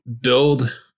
build